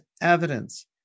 evidence